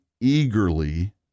eagerly